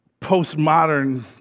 postmodern